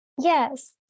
Yes